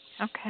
Okay